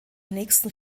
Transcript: nächsten